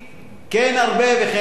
כן ארבה וכן אפרוץ.